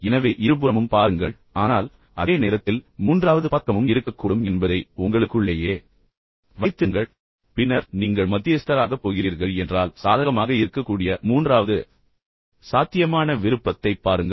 எனவே இருபுறமும் பாருங்கள் ஆனால் அதே நேரத்தில் மூன்றாவது பக்கமும் இருக்கக்கூடும் என்பதை உங்களுக்குள்ளேயே வைத்துக்கொள்ளுங்கள் பின்னர் நீங்கள் மத்தியஸ்தராகப் போகிறீர்கள் என்றால் சாதகமாக இருக்கக்கூடிய மூன்றாவது சாத்தியமான விருப்பத்தைப் பாருங்கள்